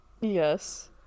Yes